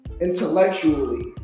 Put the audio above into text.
intellectually